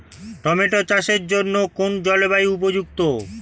Tomato চাষের জন্য কোন জলবায়ু উপযুক্ত?